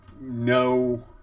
no